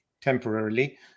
temporarily